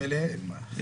מאליהן.